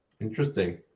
interesting